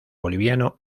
boliviano